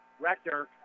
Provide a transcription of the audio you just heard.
Rector